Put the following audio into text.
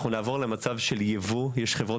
אנחנו נעבור למצב של יבוא יש חברות